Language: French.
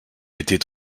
étaient